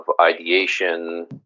ideation